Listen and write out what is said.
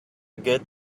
good